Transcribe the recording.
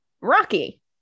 Rocky